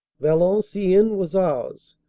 valenciennes was ours,